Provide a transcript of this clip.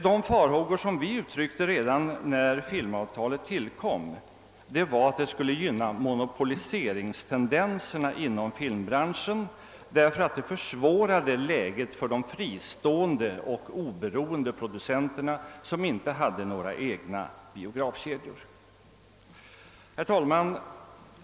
De farhågor som vi uttryckte redan när filmavtalet tillkom var att avtalet skulle gynna monopoliseringstendenserna inom filmbranschen, därför att det försvårade läget för de fristående och oberoende producenterna som inte hade några egna biografkedjor. Herr talman!